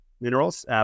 minerals